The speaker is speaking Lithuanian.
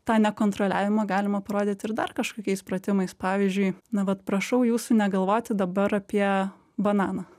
tą nekontroliavimą galima parodyt ir dar kažkokiais pratimais pavyzdžiui na vat prašau jūsų negalvoti dabar apie bananą